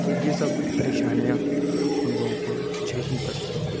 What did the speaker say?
تو یہ سب پریشانیاں اُن لوگوں کو جھیلنی پڑتی ہیں